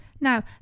Now